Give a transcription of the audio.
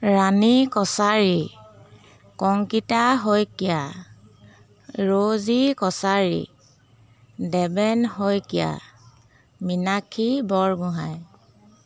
Rani Kachari Ankita Saikia Rosy Kachari Deben Saikia Minakshi Borgohain